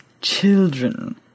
Children